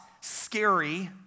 scary